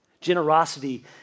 Generosity